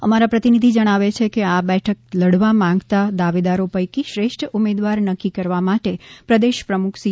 અમારા પ્રતિનિધિ જણાવે છે કે આ બેઠક લડવા માંગતા દાવેદારો પૈકી શ્રેષ્ઠ ઉમેદવાર નક્કી કરવા માટે પ્રદેશ પ્રમુખ સી